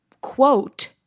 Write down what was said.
quote